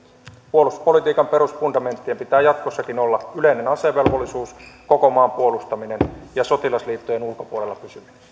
puolustuspolitiikan perusfundamenttien pitää jatkossakin olla yleinen asevelvollisuus koko maan puolustaminen ja sotilasliittojen ulkopuolella